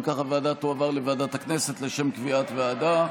אם כך, ההצעה תועבר לוועדת הכנסת לשם קביעת ועדה.